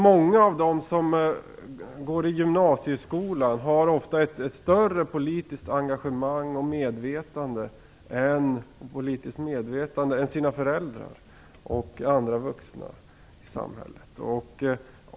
Många av de som går i gymnasieskolan har ofta ett större politiskt engagemang och medvetande än sina föräldrar och andra vuxna i samhället.